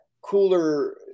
cooler